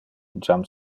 jam